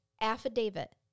affidavit